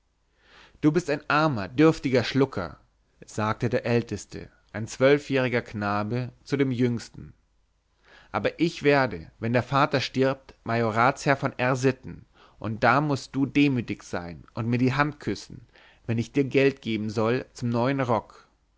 du bist ein armer dürftiger schlucker sagte der älteste ein zwölfjähriger knabe zu dem jüngsten aber ich werde wenn der vater stirbt majoratsherr von r sitten und da mußt du demütig sein und mir die hand küssen wenn ich dir geld geben soll zum neuen rock